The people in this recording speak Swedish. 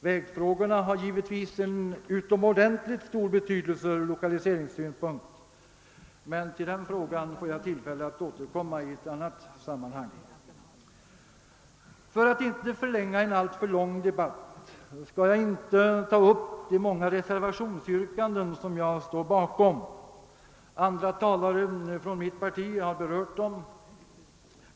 Vägfrågorna har givetvis en utomordentligt stor betydelse ur lokaliseringssynpunkt, men till den frågan får jag tillfälle att återkomma i ett annat samband. För att inte förlänga en alltför lång debatt skall jag inte ta upp de många reservationsyrkanden som jag står bakom. Andra talare från mitt parti har berört dem.